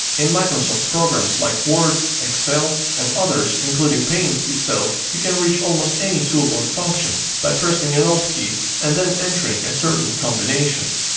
in microsoft programs like word, excel and other including paint itself you can reach almost any tool or function by pressing an alt key and then entering a certain combination.